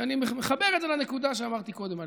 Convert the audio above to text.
ואני מחבר את זה לנקודה שאמרתי קודם עליך: